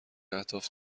اهداف